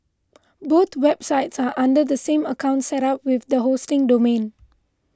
both websites are under the same account set up with the hosting domain